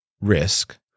Risk